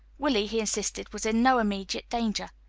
willie, he insisted, was in no immediate danger.